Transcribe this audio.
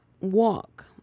walk